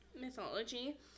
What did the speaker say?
mythology